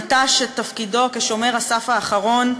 נטש את תפקידו כשומר הסף האחרון,